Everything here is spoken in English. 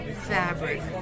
fabric